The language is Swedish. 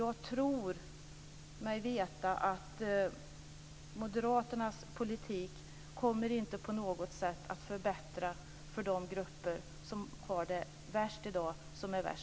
Jag tror mig veta att moderaternas politik inte på något sätt kommer att förbättra för de grupper som är värst utsatta i dag.